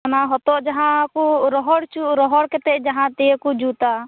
ᱚᱱᱟ ᱦᱚᱛᱚᱫ ᱡᱟᱦᱟᱸ ᱠᱚ ᱨᱚᱦᱚᱲ ᱚᱪᱚ ᱨᱚᱦᱚᱲ ᱠᱟᱛᱮᱫ ᱡᱟᱦᱟᱸ ᱫᱤᱭᱮᱠᱚ ᱡᱩᱛᱟ